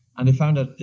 and they found out.